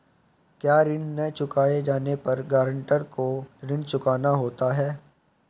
क्या ऋण न चुकाए जाने पर गरेंटर को ऋण चुकाना होता है?